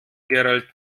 gerald